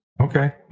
Okay